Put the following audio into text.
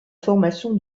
formation